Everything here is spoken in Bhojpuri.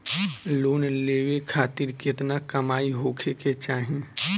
लोन लेवे खातिर केतना कमाई होखे के चाही?